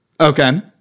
Okay